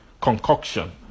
concoction